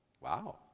Wow